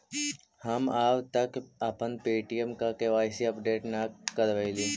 हम अब तक अपना पे.टी.एम का के.वाई.सी अपडेट न करवइली